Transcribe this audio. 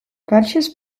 welches